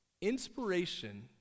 inspiration